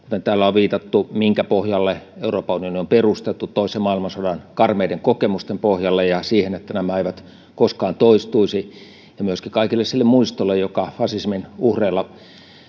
täällä on viitattu minkä pohjalle euroopan unioni on perustettu toisen maailmansodan karmeiden kokemusten pohjalle ja siihen että nämä eivät koskaan toistuisi ja myöskin kaikelle sille muistolle joka fasismin uhreista